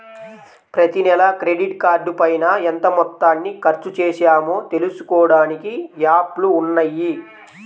ప్రతినెలా క్రెడిట్ కార్డుపైన ఎంత మొత్తాన్ని ఖర్చుచేశామో తెలుసుకోడానికి యాప్లు ఉన్నయ్యి